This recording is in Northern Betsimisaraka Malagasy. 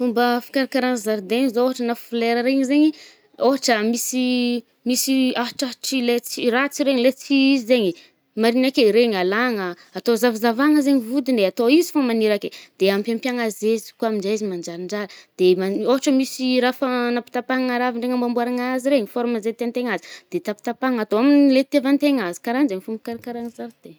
Fomba fikarakaragna zaridegna zao ôhatra na flera regny, ôhatra misy misy ahatrahatry le tsy ratsy regny, le tsy izy zaigny e, marigny ake, regny alàgnà, atô zav-zavàgna zaigny vodiny e, atô izy fô maniry ake. De ampià-mpiàgna zaiziky koà aminje izy manjarinjary. De mani-ôhatra misy raha fàgnapitapahagna ravigna ndregny amboàmboàrigna azy regny, forme zay tiàn-tegna azy. De tapitapahagna atô amle itiàvan-tegna azy. karahanje fô mikarakara zaridey.